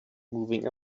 moving